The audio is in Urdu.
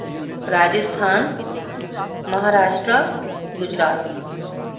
راجستھان مہاراشٹر گجرات